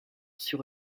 sur